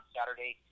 Saturday